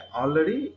already